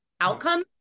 outcome